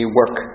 work